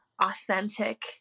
authentic